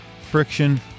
friction